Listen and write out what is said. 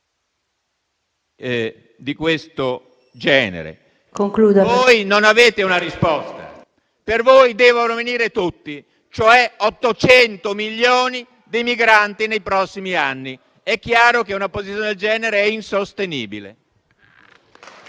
di questo genere. Voi non avete una risposta, per voi devono venire tutti, cioè 800 milioni di migranti nei prossimi anni. È chiaro che una posizione del genere è insostenibile.